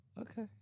Okay